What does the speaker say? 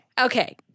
Okay